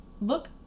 look